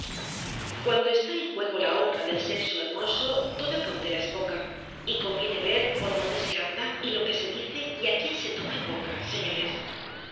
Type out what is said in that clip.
cuando está en juego la honra del sexo hermoso toda cautela es poca y conviene ver por dónde se anda y lo que se dice y á quién se toma en boca señores